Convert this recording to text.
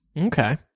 Okay